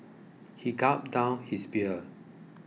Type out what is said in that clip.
he gulped down his beer